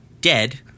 dead